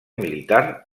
militar